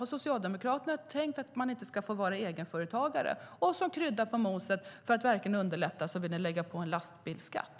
Har Socialdemokraterna tänkt att man inte ska få vara egenföretagare? Som krydda på moset, för att verkligen underlätta, vill ni lägga på en lastbilsskatt.